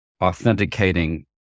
authenticating